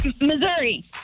Missouri